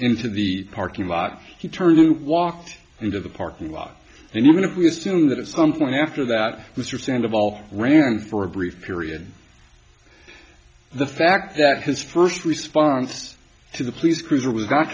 into the parking lot he turned and walked into the parking lot and even if we assume that at some point after that mr cent of all ran for a brief period the fact that his first response to the police cruiser was go